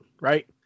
right